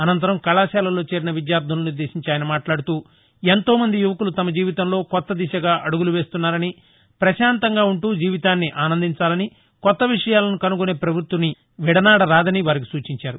అనంతరం కళాశాలల్లో చేరిన విద్యార్దలను ఉద్దేశించి ఆయన మాట్లాడుతూ ఎంతో మంది యువకులు తమ జీవితంలో కొత్త దిశగా అడుగులు వేస్తున్తారని ప్రశాంతంగా ఉంటూ జీవితాన్ని అందించాలని కొత్త విషయాలను కనుగొనే ప్రవ్యత్తిని విడనాడరాదని వారికి సూచించారు